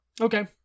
Okay